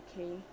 okay